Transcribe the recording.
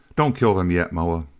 don't kill them yet, moa.